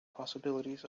possibilities